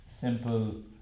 Simple